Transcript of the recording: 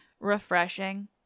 refreshing